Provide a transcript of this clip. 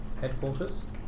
Headquarters